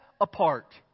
apart